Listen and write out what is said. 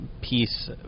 piece